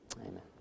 Amen